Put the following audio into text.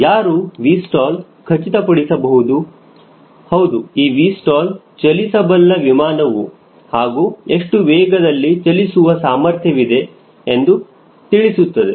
ಯಾರು 𝑉stall ಖಚಿತಪಡಿಸಬಹುದು ಹೌದು ಈ 𝑉stall ಚಲಿಸಬಲ್ಲ ವಿಮಾನವು ಹಾಗೂ ಎಷ್ಟು ವೇಗದಲ್ಲಿ ಚಲಿಸುವ ಸಾಮರ್ಥ್ಯವಿದೆ ಎಂದು ತಿಳಿಸುತ್ತದೆ